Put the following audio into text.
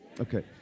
Okay